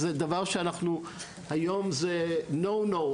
היום זה no-no ,